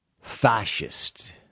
fascist